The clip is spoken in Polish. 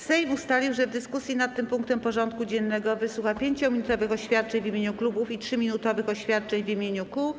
Sejm ustalił, że w dyskusji nad tym punktem porządku dziennego wysłucha 5-minutowych oświadczeń w imieniu klubów i 3-minutowych oświadczeń w imieniu kół.